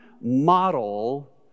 model